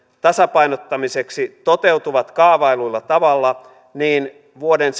tasapainottamiseksi toteutuvat kaavaillulla tavalla niin vuoden